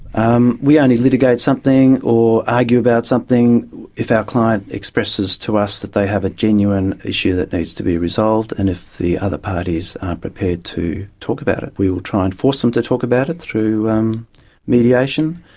um we only litigate something or argue about something if our client expresses to us that they have a genuine issue that needs to be resolved, and if the other parties aren't prepared to talk about it we will try and force them to talk about it through um mediation,